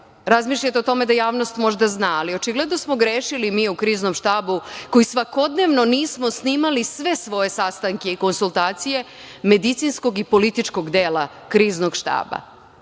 razmišljate o tome da javnost možda zna, ali očigledno smo grešili mi u Kriznom štabu koji svakodnevno nismo snimali sve svoje sastanke i konsultacije medicinskog i političkog dela Kriznog